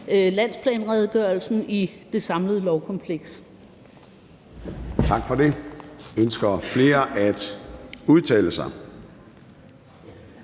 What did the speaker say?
landsplanredegørelsen i det samlede lovkompleks.